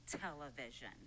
television